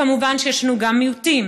וכמובן יש לנו גם מיעוטים,